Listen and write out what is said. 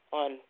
on